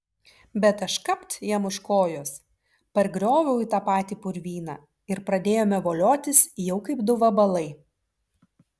bet aš kapt jam už kojos pargrioviau į tą patį purvyną ir pradėjome voliotis jau kaip du vabalai